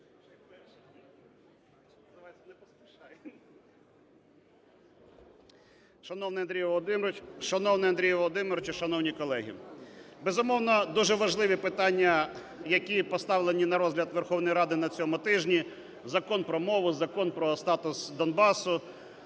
Шановний Андрію Володимировичу! Шановні колеги! Безумовно, дуже важливі питання, які поставлені на розгляд Верховної Ради на цьому тижні: Закон про мову, Закон про статус Донбасу